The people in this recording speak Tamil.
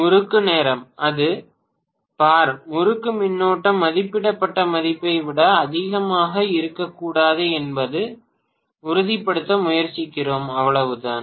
மாணவர் முறுக்கு நேரம் அது 3614 பேராசிரியர் பார் முறுக்கு மின்னோட்டம் மதிப்பிடப்பட்ட மதிப்பை விட அதிகமாக இருக்கக்கூடாது என்பதை உறுதிப்படுத்த முயற்சிக்கிறோம் அவ்வளவுதான்